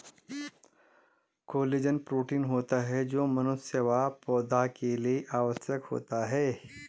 collagen protein होता है जो मनुष्य व पौधा के लिए आवश्यक होता है